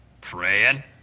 Praying